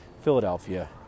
Philadelphia